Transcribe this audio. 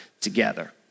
together